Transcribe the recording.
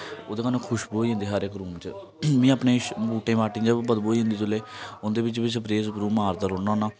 ओह्दे कन्नै खुशबू होई जंदी हर इक रूम च मीं अपने बूटें बाटे च बदबू होई जंदी जेल्लै उं'दे बिच्च बी स्प्रे मारदा रौहन्ना होन्नां